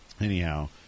anyhow